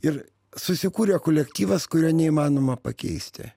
ir susikūrė kolektyvas kurio neįmanoma pakeisti